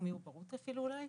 או מעברות אפילו אולי,